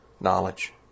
knowledge